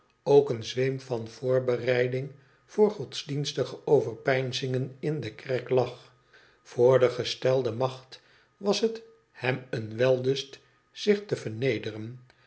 ook een zweem van voorbereiding voor godsdienstige overpeinzingen in de kerk lag voor de gestelde macht was het hem een wellust zich te vernederen